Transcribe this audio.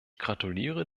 gratuliere